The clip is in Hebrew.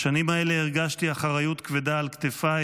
בשנים האלה הרגשתי אחריות כבדה על כתפיי,